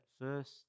first